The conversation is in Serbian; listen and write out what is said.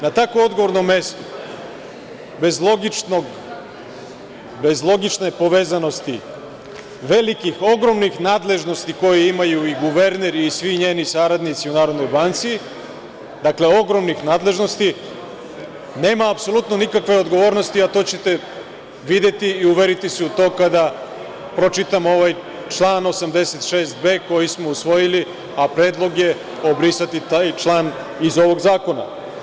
Na tako odgovornom mestu, bez logične povezanosti velikih, ogromnih nadležnosti koje imaju i guverner i svi njeni saradnici u Narodnoj banci, dakle, ogromnih nadležnosti, nema apsolutno nikakve odgovornosti, a to ćete videti i uveriti se u to kada pročitam ovaj član 86b. koji smo usvojili, a predlog je obrisati taj član iz ovog zakona.